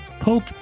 Pope